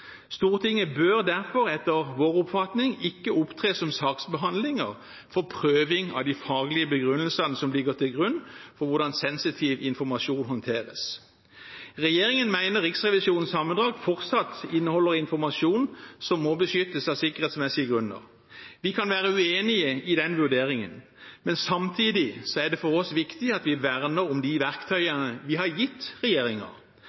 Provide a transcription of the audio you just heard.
Stortinget bør derfor, etter vår oppfatning, ikke opptre som saksbehandler for prøving av de faglige begrunnelsene som ligger til grunn for hvordan sensitiv informasjon håndteres. Regjeringen mener Riksrevisjonens sammendrag fortsatt inneholder informasjon som må beskyttes av sikkerhetsmessige grunner. Vi kan være uenig i vurderingen, men samtidig er det for oss viktig at vi verner om de